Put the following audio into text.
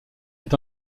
est